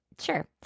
Sure